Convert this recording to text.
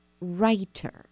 writer